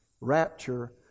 rapture